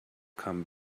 come